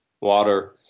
water